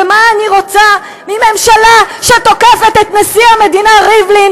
ומה אני רוצה מממשלה שתוקפת את נשיא המדינה ריבלין